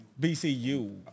BCU